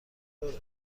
داره